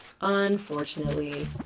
Unfortunately